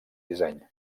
disseny